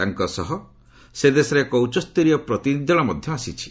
ତାଙ୍କ ସହ ସେ ଦେଶର ଏକ ଉଚ୍ଚସ୍ତରୀୟ ପ୍ରତିନିଧି ଦଳ ମଧ୍ୟ ଆସିଛି